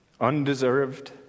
undeserved